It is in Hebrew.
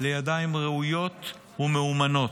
לידיים ראויות ומאומנות.